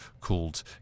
called